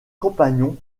compagnons